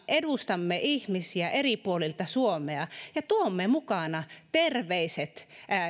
edustamme ihmisiä eri puolilta suomea ja tuomme mukanamme terveiset